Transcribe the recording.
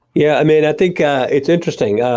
yeah. mean, i think ah it's interesting.